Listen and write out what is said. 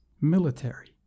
military